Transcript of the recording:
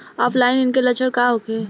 ऑफलाइनके लक्षण का होखे?